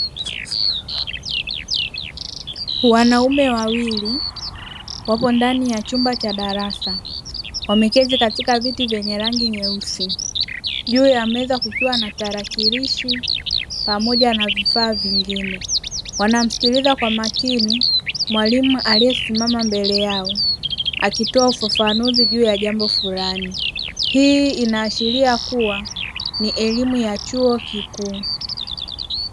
Wanaume wawili wako ndani ya chumba cha darasa, wameketi katika viti vyenye rangi nyeusi; juu ya meza kukiwa na tarakilishi pamoja na vifaa vingine. Wanamsikiliza kwa makini mwalimu aliyesimama mbele yao, akitoa ufafanuzi juu ya jambo fulani. Hii inaashiria kuwa ni elimu ya chuo kikuu.